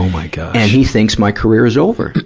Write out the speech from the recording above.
my gosh. and he thinks my career is over,